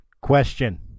Question